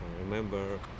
remember